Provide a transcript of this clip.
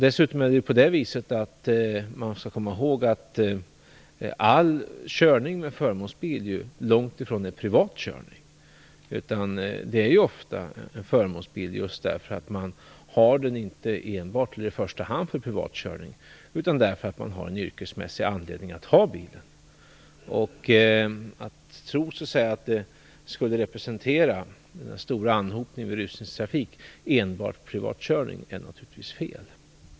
Dessutom skall man komma ihåg att långt ifrån all körning med förmånsbil är privat körning. Bilen är ju ofta en förmånsbil just därför att man inte har den för privat körning i första hand, utan därför att man har en yrkesmässig anledning att ha bil. Att tro att den stora anhopningen förmånsbilar i rusningstrafik enbart skulle representera privatkörning är naturligtvis fel.